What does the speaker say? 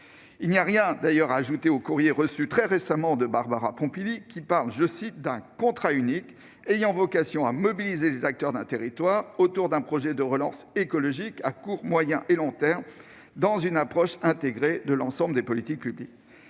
Il n'y a rien à ajouter au courrier que j'ai récemment reçu de Barbara Pompili, qui évoque « un contrat unique ayant vocation à mobiliser les acteurs d'un territoire autour d'un projet de relance écologique à court, moyen et long termes, dans une approche intégrée de l'ensemble des politiques publiques